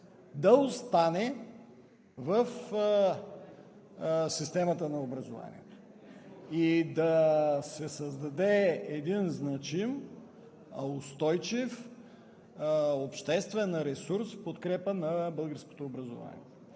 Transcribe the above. да остане в системата на образованието и да се създаде един значим, устойчив, обществен ресурс в подкрепа на българското образование.